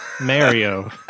Mario